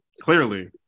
Clearly